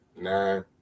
Nine